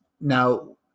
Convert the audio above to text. Now